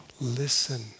Listen